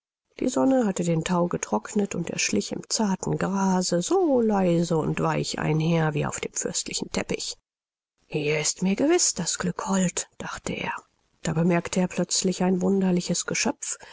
die sonne hatte den thau getrocknet und er schlich im zarten grase so leise und weich einher wie auf dem fürstlichen teppich hier ist mir gewiß das glück hold dachte er da bemerkte er plötzlich ein wunderliches geschöpf